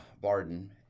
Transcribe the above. Barden